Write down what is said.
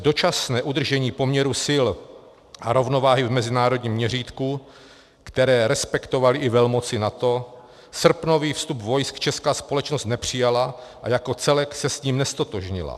Přes dočasné udržení poměrů sil a rovnováhy v mezinárodním měřítku, které respektovaly i velmoci NATO, srpnový vstup vojsk česká společnost nepřijala a jako celek se s ním neztotožnila.